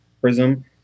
prism